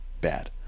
Bad